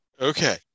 Okay